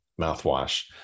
mouthwash